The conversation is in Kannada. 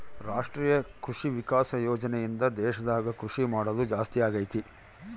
ರಾಷ್ಟ್ರೀಯ ಕೃಷಿ ವಿಕಾಸ ಯೋಜನೆ ಇಂದ ದೇಶದಾಗ ಕೃಷಿ ಮಾಡೋದು ಜಾಸ್ತಿ ಅಗೈತಿ